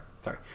sorry